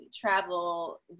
travel